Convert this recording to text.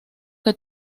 que